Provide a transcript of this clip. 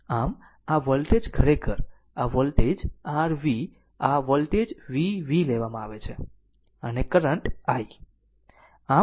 આમ આ વોલ્ટેજ ખરેખર આ વોલ્ટેજ r V આ વોલ્ટેજ V V લેવામાં આવે છે અને કરંટ i